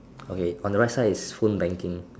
okay on the right side is phone banking